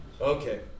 Okay